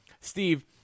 Steve